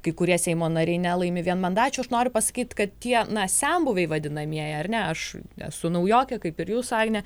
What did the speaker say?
kai kurie seimo nariai nelaimi vienmandačių aš noriu pasakyt kad tie na senbuviai vadinamieji ar ne aš esu naujokė kaip ir jūs agne